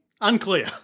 Unclear